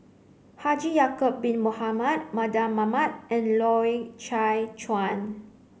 Haji Ya'acob Bin Mohamed Mardan Mamat and Loy Chye Chuan